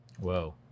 Whoa